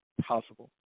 possible